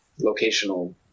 locational